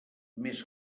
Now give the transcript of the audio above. més